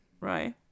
Right